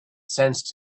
sensed